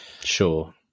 Sure